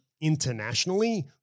internationally